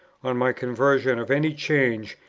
on my conversion, of any change,